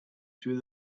through